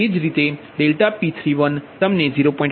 એ જ રીતે ∆P31 તમને 0